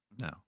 No